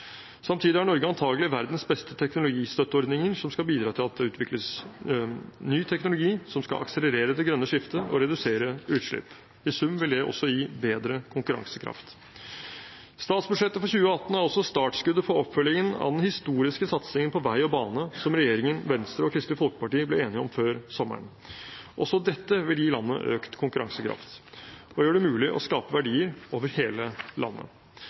Samtidig har Norge antakelig verdens beste teknologistøtteordninger, som skal bidra til at det utvikles ny teknologi, som skal akselerere det grønne skiftet og redusere utslipp. I sum vil det også gi bedre konkurransekraft. Statsbudsjettet for 2018 er også startskuddet for oppfølgingen av den historiske satsingen på vei og bane som regjeringen, Venstre og Kristelig Folkeparti ble enige om før sommeren. Også dette vil gi landet økt konkurransekraft, og gjør det mulig å skape verdier over hele landet.